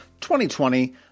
2020